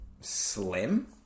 Slim